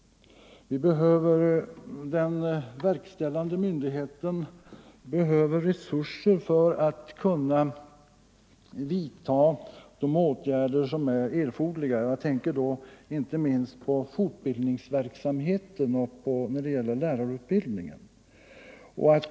Den verkställande myndigheten behöver resurser för att kunna vidta de åtgärder som är erforderliga. Jag tänker då inte minst på fortbildningsverksamheten och lärarutbildningen.